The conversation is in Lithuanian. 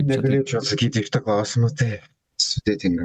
negalėčiau atsakyti į tą klausimą tai sudėtinga